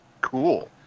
Cool